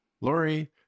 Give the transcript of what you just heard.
Lori